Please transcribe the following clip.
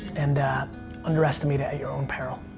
and underestimate it at your own peril.